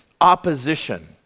opposition